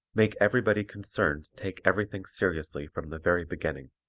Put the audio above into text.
make everybody concerned take everything seriously from the very beginning.